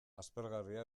aspergarria